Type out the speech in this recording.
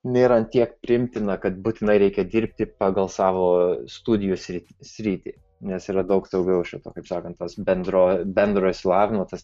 nėra ant tiek priimtina kad būtinai reikia dirbti pagal savo studijų sritį sritį nes yra daug daugiau šito kaip sakant tas bendro bendro išsilavinimo tas